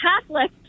Catholic